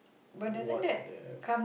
what their